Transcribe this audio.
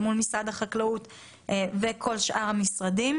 אל מול משרד החקלאות וכל שאר המשרדים,